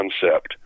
concept